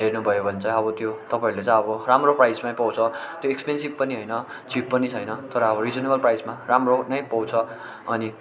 हेर्नु भयो भने चाहिँ अब त्यो तपाईँहरूले चाहिँ अब राम्रो प्राइसमै पाउँछ त्यो एक्सपेन्सिभ पनि होइन चिप पनि छैन तर अब रिजनेबल प्राइसमा राम्रो नै पाउँछ अनि